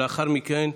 לאחר מכן,